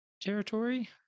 territory